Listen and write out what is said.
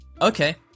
okay